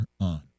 on